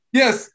yes